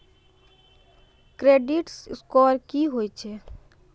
Credit score की होय छै?